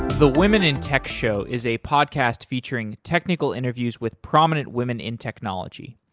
the women in tech show is a podcast featuring technical interviews with prominent women in technology.